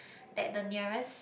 that the nearest